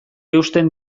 eusten